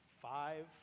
five